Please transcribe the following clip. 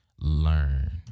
Learn